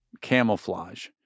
camouflage